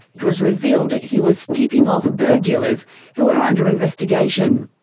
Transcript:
it was revealed he was tipping off bird dealers who were under investigation.